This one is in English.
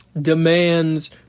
demands